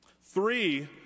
Three